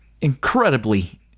incredibly